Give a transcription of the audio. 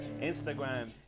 Instagram